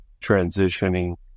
transitioning